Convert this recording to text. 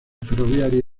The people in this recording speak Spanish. ferroviaria